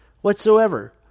whatsoever